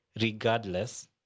regardless